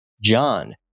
John